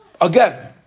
again